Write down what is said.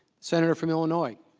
senator from you know like